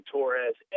Torres